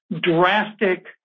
drastic